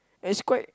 it's quite